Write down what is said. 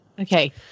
Okay